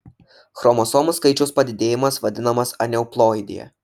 chromosomų skaičiaus padidėjimas vadinamas aneuploidija